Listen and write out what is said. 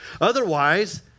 Otherwise